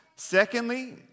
Secondly